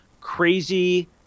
crazy